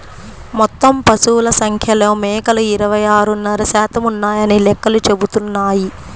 మొత్తం పశువుల సంఖ్యలో మేకలు ఇరవై ఆరున్నర శాతం ఉన్నాయని లెక్కలు చెబుతున్నాయి